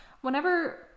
Whenever